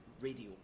radio